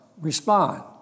Respond